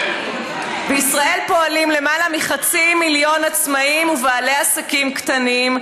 --- בישראל פועלים למעלה מחצי מיליון עצמאים ובעלי עסקים קטנים,